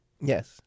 Yes